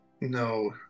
No